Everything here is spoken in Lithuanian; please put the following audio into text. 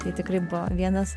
tai tikrai buvo vienas